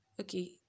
okay